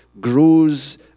grows